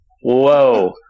whoa